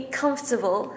comfortable